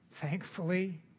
thankfully